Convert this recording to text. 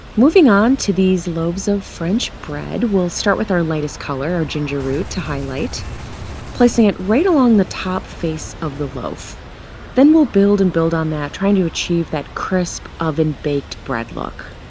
moving on to these loaves of french bread we'll start with our lightest color our ginger root to highlight placing it right along the top face of the loaf then we'll build and build on that trying to achieve that crisp oven baked bread look